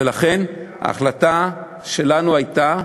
ולכן ההחלטה שלנו הייתה,